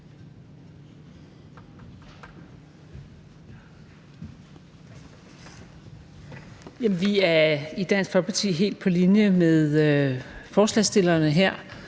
Vi er i Dansk Folkeparti helt på linje med forslagsstillerne her.